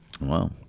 Wow